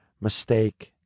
mistake